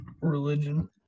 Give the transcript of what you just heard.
religion